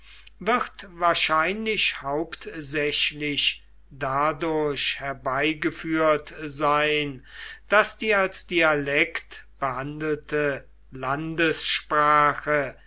wird wahrscheinlich hauptsächlich dadurch herbeigeführt sein daß die als dialekt behandelte